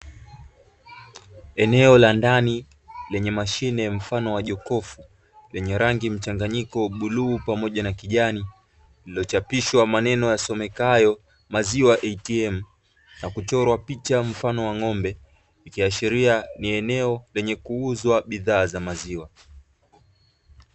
Eneo la ndani lenye mashine mfano wa jokofu lenye rangi mchanganyiko bluu pamoja na kijani, lililochapishwa maneno yasomekayo "maziwa atm" na kuchorwa picha mfano wa ng'ombe, ikiashiria ni eneo lenye kuuza bidhaa za maziwa.